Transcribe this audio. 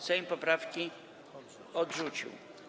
Sejm poprawki odrzucił.